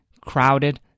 crowded